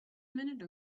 minute